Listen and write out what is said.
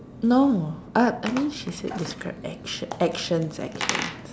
no more uh I mean she said describe action actions